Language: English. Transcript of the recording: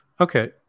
Okay